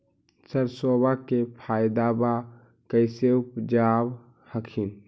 सरसोबा के पायदबा कैसे उपजाब हखिन?